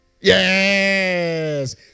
Yes